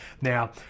Now